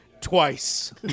twice